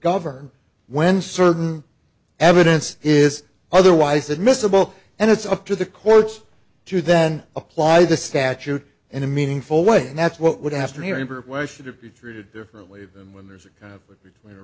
govern when certain evidence is otherwise admissible and it's up to the courts to then apply the statute in a meaningful way that's what would have to remember why should it be treated differently than when there's a kind of between a